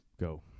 go